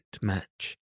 match